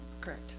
Correct